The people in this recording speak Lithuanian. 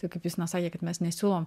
taip kaip justinas sakė kad mes nesiūlom